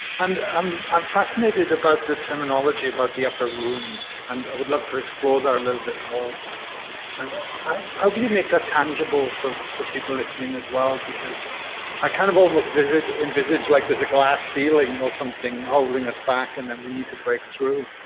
and um i'm fascinated about the terminology about the upper room and i would love to explore that a little bit more and i'll give you make that tangible for, for people listening as well, because i kind of almost visited envisage like there's a glass ceiling or something holding us back and then we need to break through.